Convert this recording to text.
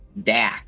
DAC